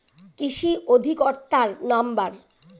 কৃষি অধিকর্তার নাম্বার?